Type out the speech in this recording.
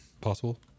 Possible